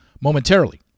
momentarily